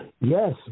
Yes